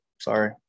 Sorry